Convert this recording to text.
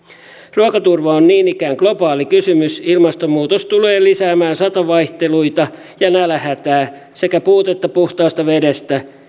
ruokaturva on niin ikään globaali kysymys ilmastonmuutos tulee lisäämään satovaihteluita ja nälänhätää sekä puutetta puhtaasta vedestä